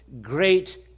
great